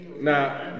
Now